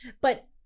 But-